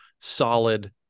solid